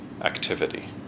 activity